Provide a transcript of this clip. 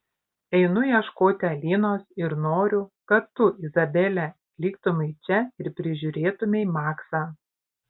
einu ieškoti alinos ir noriu kad tu izabele liktumei čia ir prižiūrėtumei maksą